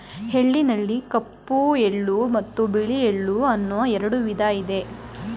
ಎಳ್ಳಿನಲ್ಲಿ ಕಪ್ಪು ಎಳ್ಳು ಮತ್ತು ಬಿಳಿ ಎಳ್ಳು ಅನ್ನೂ ಎರಡು ವಿಧ ಇದೆ